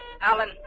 Alan